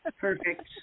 perfect